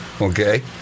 Okay